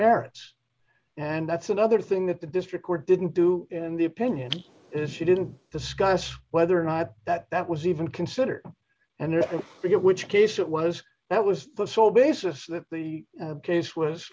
merits and that's another thing that the district court didn't do in the opinion is she didn't discuss whether or not that that was even considered and if it which case it was that was the sole basis that the case was